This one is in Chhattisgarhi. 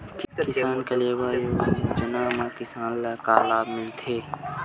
किसान कलेवा योजना म किसान ल का लाभ मिलथे?